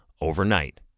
overnight